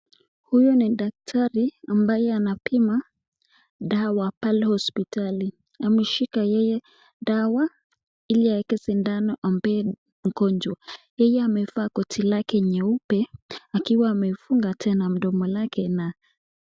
Huyu ni daktari ambaye anapima dawa pale hospitali, ameshika yeye dawa ili aweke sindano ampee mgonjwa, yeye amevaa koti lake nyeupe akiwa amefunga tena mdomo lake na.